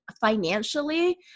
financially